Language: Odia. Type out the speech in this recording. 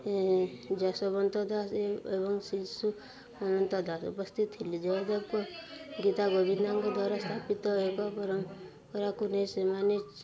ଯଶୋବନ୍ତ ଦାସ ଏବଂ ଶିଶୁ ଅନନ୍ତା ଦାସ ଉପସ୍ଥିତ ଥିଲେ ଜୟଦେବଙ୍କୁ ଗୀତା ଗୋବିନ୍ଦଙ୍କ ଦ୍ୱାରା ସ୍ଥାପିତ ଏକ ପରମ୍ପରାକୁ ନେଇ ସେମାନେ